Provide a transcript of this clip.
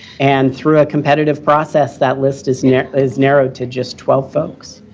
and, through a competitive process, that list is narrowed is narrowed to just twelve folks.